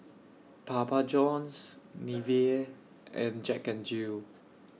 Papa Johns Nivea and Jack N Jill